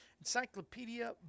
encyclopedia